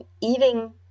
eating